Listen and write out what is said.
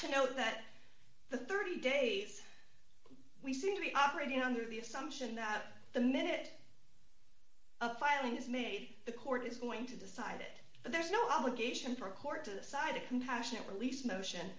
to note that the thirty days we seem to be operating under the assumption that the minute a filing is made the court is going to decide it there's no obligation for court to the side a compassionate release motion